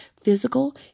physical